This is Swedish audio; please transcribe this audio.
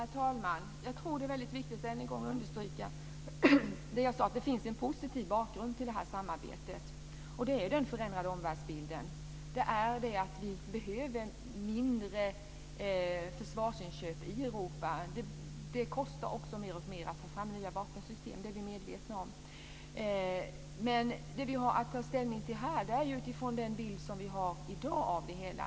Herr talman! Jag tror att det är väldigt viktigt att än en gång understryka att det finns en positiv bakgrund till detta samarbete, nämligen den förändrade omvärldsbilden. Vi behöver ju mindre försvarsinköp i Europa, och det kostar också mer och mer att ta fram nya vapensystem. Det är vi medvetna om. Det vi har att ta ställning till här gäller utifrån den bild vi har i dag av det hela.